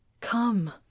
come